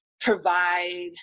provide